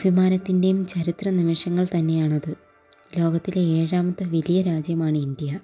അഭിമാനത്തിൻ്റെയും ചരിത്ര നിമിഷങ്ങൾ തന്നെയാണത് ലോകത്തിലെ ഏഴാമത്തെ വലിയ രാജ്യമാണ് ഇന്ത്യ